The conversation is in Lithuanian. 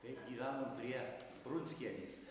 kaip gyvenom prie prunskienės